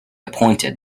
appointed